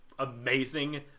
amazing